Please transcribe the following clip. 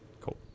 cool